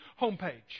homepage